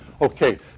Okay